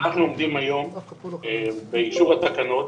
אנחנו עומדים היום באישור התקנות.